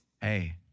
Hey